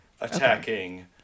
attacking